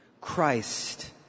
Christ